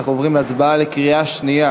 אנחנו עוברים להצבעה בקריאה שנייה